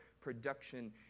production